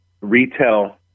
retail